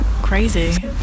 crazy